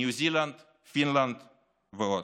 ניו זילנד, פינלנד ועוד.